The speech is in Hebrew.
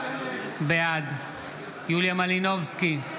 בעד יוליה מלינובסקי,